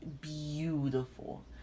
Beautiful